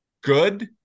good